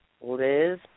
Liz